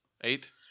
Eight